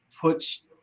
puts